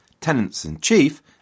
tenants-in-chief